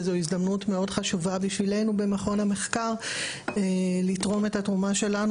וזו הזדמנות מאוד חשובה בשבילנו במכון המחקר לתרום את התרומה שלנו,